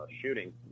shooting